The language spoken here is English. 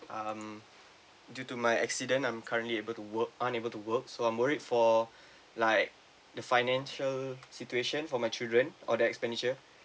um due to my accident I'm currently able to work unable to work so I'm worried for like the financial situation for my children or the expenditure